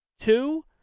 Two